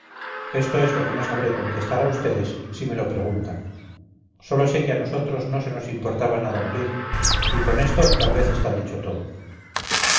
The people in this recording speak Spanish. esto es lo que no sabré contestar a ustedes si me lo preguntan sólo sé que a nosotros no se nos importaba nada morir y con esto tal vez está dicho todo